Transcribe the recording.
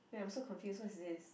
wait I'm so confused what's this